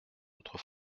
autre